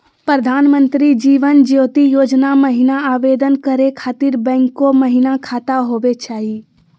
प्रधानमंत्री जीवन ज्योति योजना महिना आवेदन करै खातिर बैंको महिना खाता होवे चाही?